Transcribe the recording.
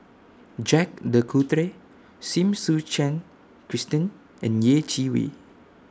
Jacques De Coutre Seen Suchen Christine and Yeh Chi Wei